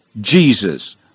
Jesus